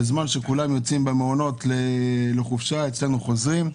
בזמן שכולם במעונות יוצאים לחופשה אצלנו חוזרים,